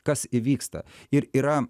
kas įvyksta ir yra